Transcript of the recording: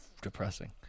depressing